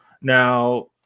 Now –